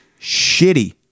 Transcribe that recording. shitty